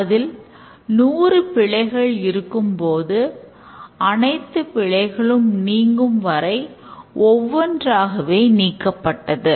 அதில் நூறு பிழைகள் இருக்கும்போது அனைத்து பிழைகளும் நீங்கும் வரை ஒவ்வொன்றாகவே நீக்கப்பட்டது